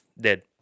dead